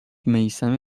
میثم